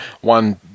one